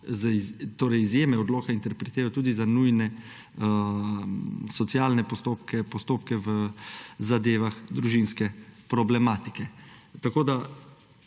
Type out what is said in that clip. izjeme odloka interpretirajo tudi za nujne socialne postopke, postopke v zadevah družinske problematike. Tako